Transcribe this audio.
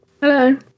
Hello